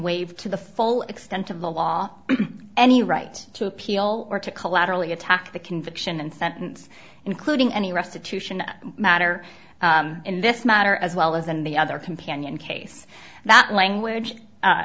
waive to the full extent of the law any right to appeal or to collaterally attack the conviction and sentence including any restitution matter in this matter as well as in the other companion case that language